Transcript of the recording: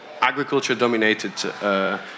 agriculture-dominated